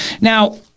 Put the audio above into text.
Now